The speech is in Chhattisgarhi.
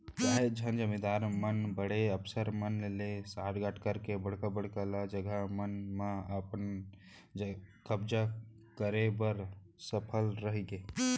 काहेच झन जमींदार मन बड़े अफसर मन ले सांठ गॉंठ करके बड़का बड़का ल जघा मन म अपन कब्जा करे बर सफल रहिगे